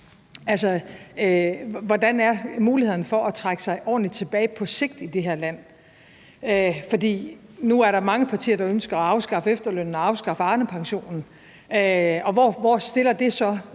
hvordan mulighederne for at trække sig ordentligt tilbage er på sigt i det her land. For nu er der mange partier, der ønsker at afskaffe efterlønnen og afskaffe Arnepensionen, og hvor stiller det så